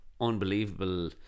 Unbelievable